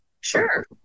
Sure